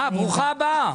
אה, ברוכה הבאה.